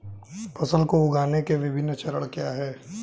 फसल उगाने के विभिन्न चरण क्या हैं?